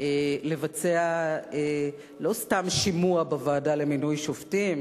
לבצע לא סתם שימוע בוועדה למינוי שופטים,